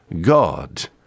God